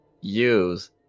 use